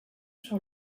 sur